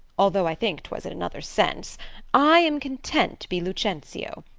although i think twas in another sense i am content to be lucentio,